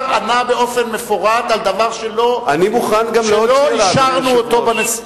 השר ענה באופן מפורט על דבר שלא אישרנו אותו בנשיאות.